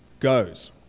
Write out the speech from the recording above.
goes